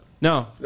No